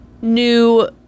new